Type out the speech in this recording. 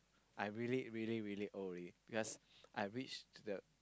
I really really really old already because I reached the